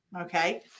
Okay